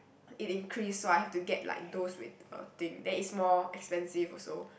it increase so I have to get like those with the thing that is more expensive also